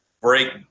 break